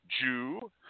Jew